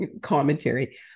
commentary